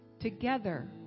Together